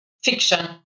fiction